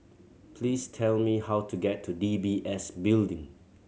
please tell me how to get to D B S Building